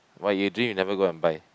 why you drink you never go and buy